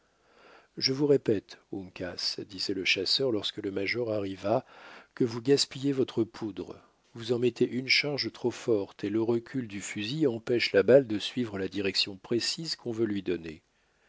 je vous répète uncas disait le chasseur lorsque le major arriva que vous gaspillez votre poudre vous en mettez une charge trop forte et le recul du fusil empêche la balle de suivre la direction précise qu'on veut lui donner